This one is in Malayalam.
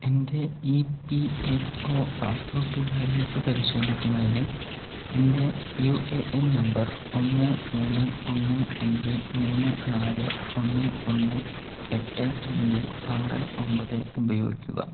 എൻ്റെ E P F O passbook balance പരിശോധിക്കുന്നതിന് എൻ്റെ യു എ എൻ നമ്പർ ഒന്ന് മൂന്ന് ഒന്ന് അഞ്ച് മൂന്ന് നാല് ഒന്ന് ഒന്ന് എട്ട് അഞ്ച് ആറ് ഒമ്പത് ഉപയോഗിക്കുക